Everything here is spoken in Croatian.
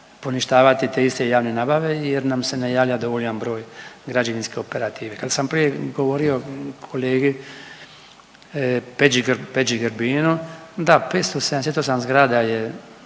poništavati te iste javne nabave jer nam se ne javlja dovoljan broj građevinske operative. Kad sam prije govorio kolegi Peđi, Peđi Grbinu da 578 zgrada je